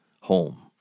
home